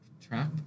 trap